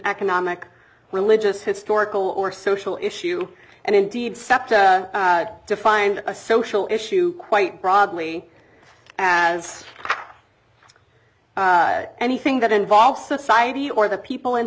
economic religious historical or social issue and indeed septa define a social issue quite broadly as anything that involves society or the people in